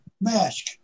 mask